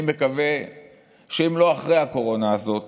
אני מקווה שאם לא אחרי הקורונה הזאת